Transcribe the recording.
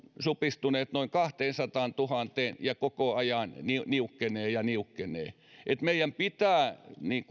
supistuneet noin kahteensataantuhanteen ja koko ajan niukkenee ja niukkenee meidän pitää